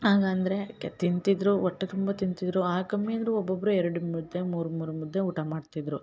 ಆಗಂದರೆ ತಿಂತಿದ್ದರು ಹೊಟ್ಟೆ ತುಂಬ ತಿಂತಿದ್ದರು ಆ ಕಮ್ಮಿ ಅಂದರೂ ಒಬ್ಬೊಬ್ಬರೇ ಎರಡು ಮುದ್ದೆ ಮೂರು ಮೂರು ಮುದ್ದೆ ಊಟ ಮಾಡ್ತಿದ್ದರು